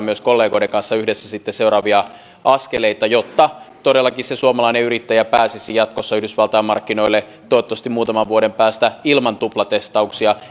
myös arvioidaan kollegoiden kanssa yhdessä seuraavia askeleita jotta todellakin se suomalainen yrittäjä pääsisi jatkossa yhdysvaltain markkinoille toivottavasti muutaman vuoden päästä ilman tuplatestauksia